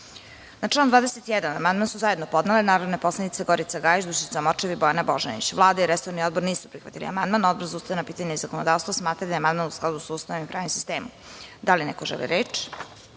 član 21. amandman su zajedno podnele narodne poslanice Gorica Gajić, Dušica Morčev i Bojana Božanić. Vlada i resorni odbor nisu prihvatili amandman. Odbor za ustavna pitanja i zakonodavstvo smatra da je amandman u skladu sa Ustavom i pravnim sistemom. Da li neko želi reč?